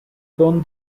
gun